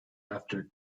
after